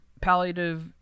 palliative